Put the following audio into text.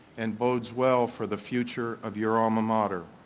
and bodes well for the future of your alma mater.